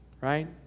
right